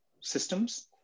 systems